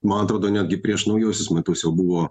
man atrodo netgi prieš naujuosius metus jau buvo